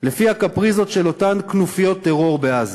לפי הקפריזות של אותן כנופיות טרור בעזה.